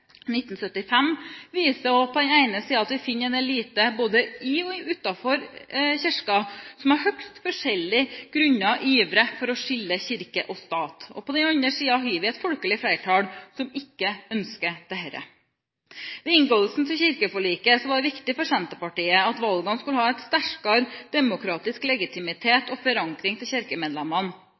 1975 viser på den ene side at vi finner en elite, både i og utenfor Kirken, som av høyst forskjellige grunner ivrer for å skille kirke og stat. På den andre siden har vi et folkelig flertall som ikke ønsker dette. Ved inngåelsen av kirkeforliket var det viktig for Senterpartiet at valgene skulle ha en sterkere demokratisk legitimitet og forankring hos kirkemedlemmene